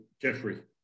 Jeffrey